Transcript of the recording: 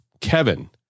Kevin